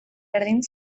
berdin